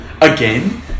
again